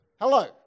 Hello